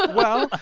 well,